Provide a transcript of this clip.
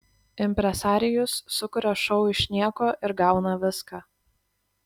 impresarijus sukuria šou iš nieko ir gauna viską